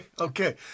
okay